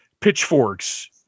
pitchforks